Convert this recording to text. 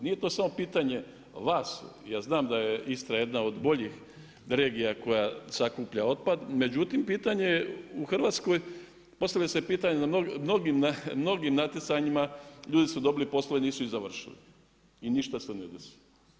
Nije to samo pitanje vas, ja znam da je Istra jedna od boljih regija koja sakuplja otpad, međutim pitanje je u Hrvatskoj, postavlja se pitanje na mnogim natjecanjima, ljudi su dobili poslove, nisu ih završili i ništa se nije desilo.